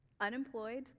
unemployed